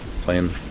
playing